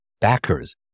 backers